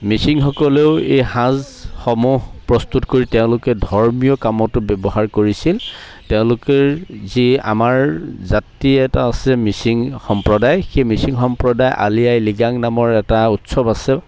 মিচিংসকলেও এই সাঁজসমূহ প্ৰস্তুত কৰি তেওঁলোকে ধৰ্মীয় কামতো ব্যৱহাৰ কৰিছিল তেওঁলোকে যি আমাৰ জাতি এটা আছে মিচিং সম্প্ৰদায় সেই মিচিং সম্প্ৰদায় আলি আই লৃগাং নামৰ এটা উৎসৱ আছে